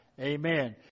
amen